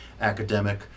academic